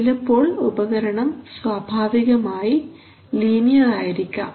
ചിലപ്പോൾ ഉപകരണം സ്വാഭാവികമായി ലീനിയർ ആയിരിക്കാം